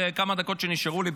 בשתי הדקות שנשארו לי,